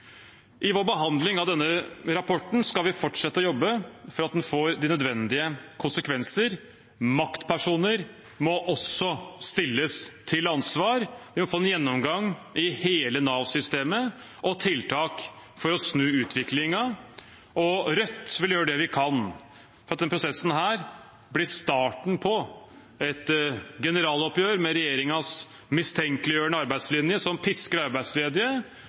I vår behandling av denne rapporten skal vi fortsette med å jobbe for at den får de nødvendige konsekvenser. Maktpersoner må også stilles til ansvar ved å få en gjennomgang i hele Nav-systemet og få tiltak for å snu utviklingen. Vi i Rødt vil gjøre det vi kan for at denne prosessen blir starten på et generaloppgjør med regjeringens mistenkeliggjørende arbeidslinje, som pisker arbeidsledige